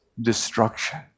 destruction